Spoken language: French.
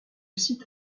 site